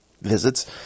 visits